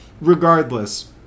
Regardless